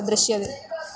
दृश्यते